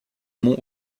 mont